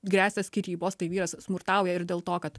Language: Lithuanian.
gresia skyrybos tai vyras smurtauja ir dėl to kad